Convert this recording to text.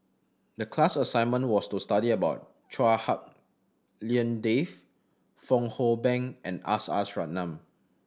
the class assignment was to study about Chua Hak Lien Dave Fong Hoe Beng and S S Ratnam